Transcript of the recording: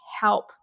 help